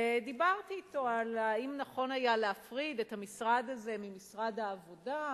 ודיברתי אתו על השאלה אם נכון היה להפריד את המשרד הזה ממשרד העבודה.